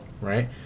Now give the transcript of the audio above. right